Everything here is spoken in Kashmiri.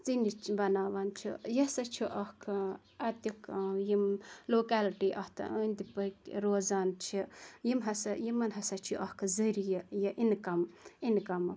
ژِنہِ بَناوان چھِ یہِ ہَسا چھ اَکھ اَتیُک یِم لوکیلٹی اَتھ أنٛدۍ پٔکۍ روزان چھِ یِم ہَسا یِمَن ہَسا چھُ یہِ اَکھ ذٔریعہٕ یہِ اِنکَم اِنکَمُک